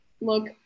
look